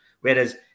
Whereas